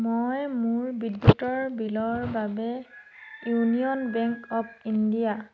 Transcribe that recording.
মই মোৰ বিদ্যুতৰ বিলৰ বাবে ইউনিয়ন বেংক অৱ ইণ্ডিয়া